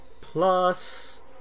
plus